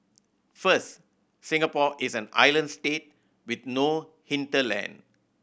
first Singapore is an island state with no hinterland